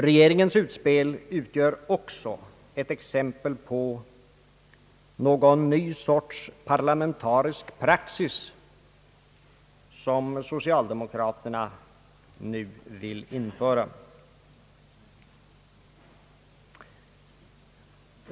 Regeringens utspel är också ett exempel på någon ny sorts parlamentarisk praxis som socialdemokraterna nu vill införa.